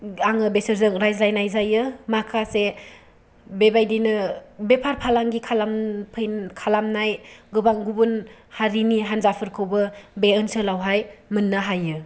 आङो बिसोरजों रायज्लायनाय जायो माखासे बेबायदिनो बेफार फालांगि खालामनाय गोबां गुबुन हारिनि हानजाफोरखौबो बे ओनसोलावहाय मोननो हायो